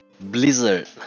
Blizzard